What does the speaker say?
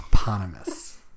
eponymous